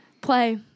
play